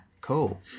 Cool